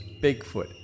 bigfoot